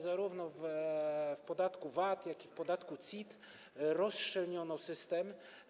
Zarówno w podatku VAT, jak i w podatku CIT rozszczelniono system.